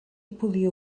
podia